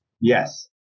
Yes